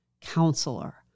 Counselor